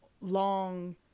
long